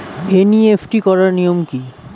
NEFT করার নিয়ম কী?